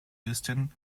houston